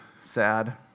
sad